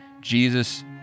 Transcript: Jesus